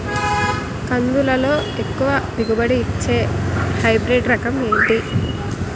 కందుల లో ఎక్కువ దిగుబడి ని ఇచ్చే హైబ్రిడ్ రకం ఏంటి?